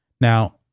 Now